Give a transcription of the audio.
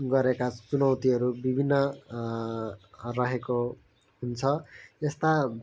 गरेका चुनौतीहरू विभिन्न रहेको हुन्छ त्यस्ता